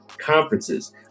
conferences